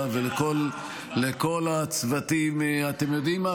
לה ולכל הצוותים, אתם יודעים מה?